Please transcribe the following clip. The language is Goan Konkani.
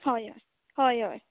हय हय हय हय